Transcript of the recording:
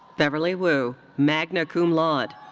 beverly wu, magna cum laude.